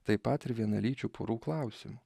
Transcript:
taip pat ir vienalyčių porų klausimu